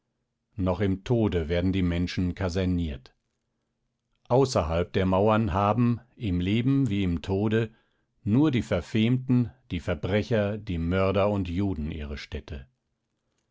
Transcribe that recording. noch im tode werden die menschen kaserniert außerhalb der mauern haben im leben wie im tode nur die verfemten die verbrecher die mörder und juden ihre stätte